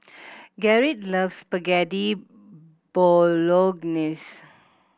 Garrick loves Spaghetti Bolognese